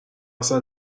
اصلا